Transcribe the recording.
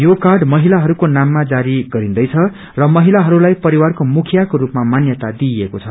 यो कार्ड महिलाहरूको नाममा जारी गरिँदै छ र महिलाहरूलाई परिवारको मुख्यिको रूपामा मान्यता दिइएको छ